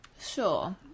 Sure